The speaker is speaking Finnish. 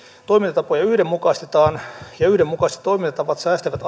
toimintatapoja yhdenmukaistetaan ja yhdenmukaiset toimintatavat säästävät